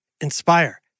inspire